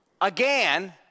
again